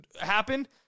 happen